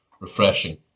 refreshing